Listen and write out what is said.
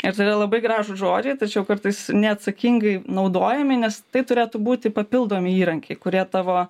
ir todėl labai gražūs žodžiai tačiau kartais neatsakingai naudojami nes tai turėtų būti papildomi įrankiai kurie tavo